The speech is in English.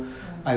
ah